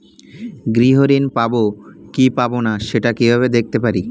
গৃহ ঋণ পাবো কি পাবো না সেটা কিভাবে দেখতে পারি?